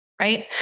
Right